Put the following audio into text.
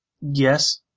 Yes